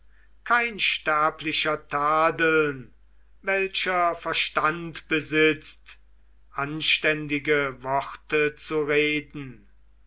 kein sterblicher tadeln welcher verstand besitzt anständige worte zu reden